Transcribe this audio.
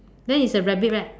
then it's a rabbit right